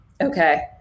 Okay